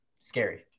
scary